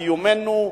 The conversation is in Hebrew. קיומנו